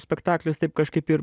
spektaklis taip kažkaip ir